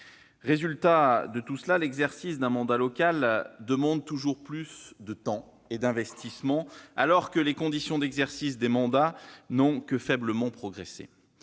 Résultat : l'exercice d'un mandat local demande toujours plus de temps et d'investissement, alors que les conditions d'exercice des mandats n'ont que faiblement progressé.